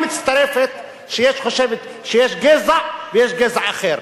מצטרפת וחושבת שיש גזע ויש גזע אחר,